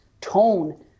tone